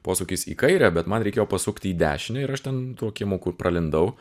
posūkis į kairę bet man reikėjo pasukti į dešinę ir aš ten tokį moku ir pralindau